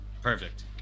Perfect